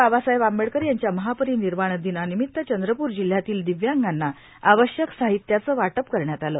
बाबासाहेब आंबेडकर यांच्या महापरिनिर्वाण दिनाला चंद्रपूर जिल्ह्यातील दिव्यांगांना आवश्यक साहित्याचे वाटप करण्यात आलं